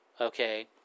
Okay